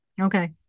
Okay